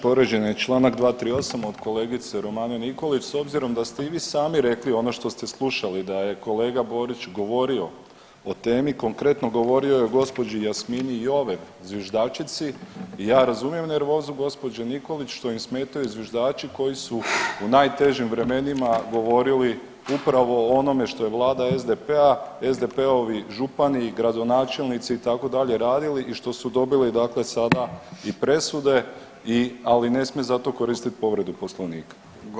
Povrijeđen je Članak 238. od kolegice Romane Nikolić s obzirom da ste i vi sami rekli ono što ste slušali da je kolega Borić govorio o temi, konkretno govorio je o gospođi Jasmini Jovev zviždačici i ja razumijem nervozu gospođe Nikolić što im smetaju zviždaču koji su u najtežim vremenima govorili upravo o onome što je vlada SDP-a, SDP-ovi župani i gradonačelnici radili i što su dobili dakle sada i presude, ali ne smije za to koristiti povredu Poslovnika.